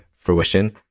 fruition